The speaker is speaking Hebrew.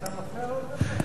אתה מפריע לו לדבר.